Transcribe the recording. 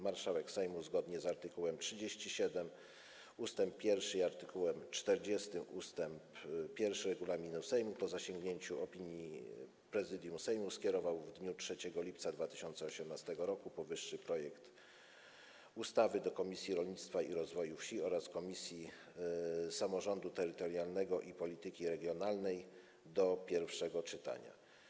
Marszałek Sejmu zgodnie z art. 37 ust. 1 i art. 40 ust. 1 regulaminu Sejmu po zasięgnięciu opinii Prezydium Sejmu skierował w dniu 3 lipca 2018 r. powyższy projekt ustawy do Komisji Rolnictwa i Rozwoju Wsi oraz Komisji Samorządu Terytorialnego i Polityki Regionalnej do pierwszego czytania.